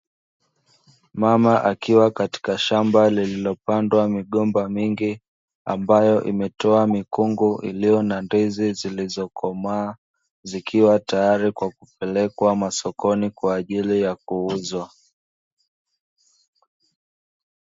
Mama akiwa katika shamba lililopandwa migomba mingi, ambayo imetoa mikungu iliyo na ndizi zilizokomaa, zikiwa tayari kwa kupelekwa masokoni kwa ajili ya kuuzwa.